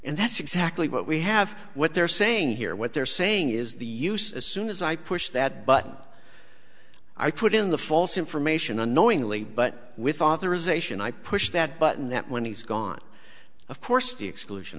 and that's exactly what we have what they're saying here what they're saying is the use as soon as i push that button i put in the false information unknowingly but with authorization i push that button that when he's gone of course the exclusion